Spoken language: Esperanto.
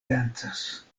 dancas